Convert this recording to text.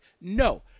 no